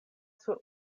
sur